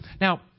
Now